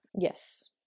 Yes